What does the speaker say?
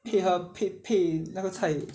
配合配配那个菜